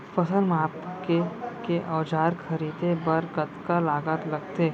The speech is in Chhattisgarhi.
फसल मापके के औज़ार खरीदे बर कतका लागत लगथे?